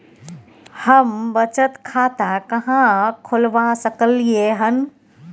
हम बचत खाता कहाॅं खोलवा सकलिये हन?